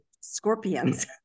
scorpions